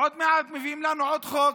עוד חוק,